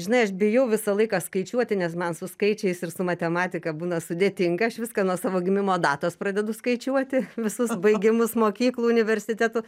žinai aš bijau visą laiką skaičiuoti nes man su skaičiais ir su matematika būna sudėtinga aš viską nuo savo gimimo datos pradedu skaičiuoti visus baigimus mokyklų universitetų